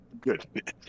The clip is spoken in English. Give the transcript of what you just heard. Good